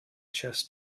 chess